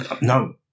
No